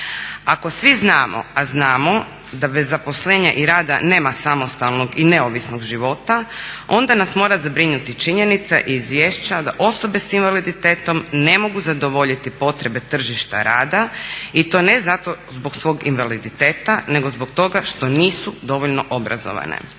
Ako svi znamo a znamo da bez zaposlenja i rada nema samostalnog i neovisnog života onda nas mora zabrinuti činjenica iz izvješća da osobe sa invaliditetom ne mogu zadovoljiti potrebe tržišta rada ti to ne zato zbog svog invaliditeta nego zbog toga što nisu dovoljno obrazovane.